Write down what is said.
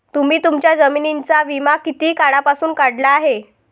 तुम्ही तुमच्या जमिनींचा विमा किती काळापासून काढला आहे?